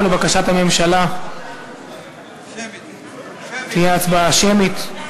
ולבקשת הממשלה תהיה הצבעה שמית.